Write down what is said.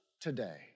today